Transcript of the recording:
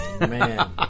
Man